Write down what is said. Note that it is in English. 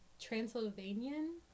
Transylvanian